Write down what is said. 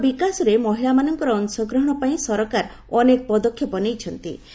ଦେଶର ବିକାଶରେ ମହିଳାମାନଙ୍କର ଅଂଶଗ୍ରହଣ ପାଇଁ ସରକାର ଅନେକ ପଦକ୍ଷେପ ନେଇଛନ୍ତି